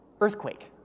earthquake